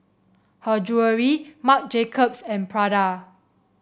Her Jewellery Marc Jacobs and Prada